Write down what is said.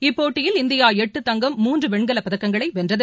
இப்போட்டியில் இந்தியாளட்டு தங்கம் மூன்றுவெண்கலப் பதக்கங்களைவென்றது